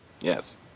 Yes